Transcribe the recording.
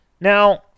Now